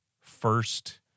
first